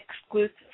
exclusive